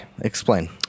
Explain